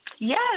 Yes